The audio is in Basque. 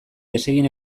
desegin